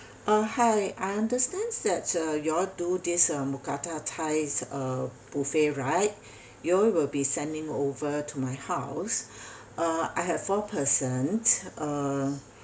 uh hi I understand that uh you all do this uh mookata thai's uh buffet right y'all will be sending over to my house uh I have four person uh